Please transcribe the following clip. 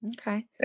Okay